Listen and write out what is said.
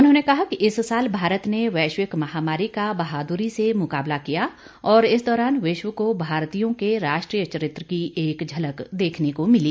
उन्होंने कहा कि इस साल भारत ने वैश्विक महामारी का बहादुरी से मुकाबला किया और इस दौरान विश्व को भारतीयों के राष्ट्रीय चरित्र की एक झलक देखने को मिली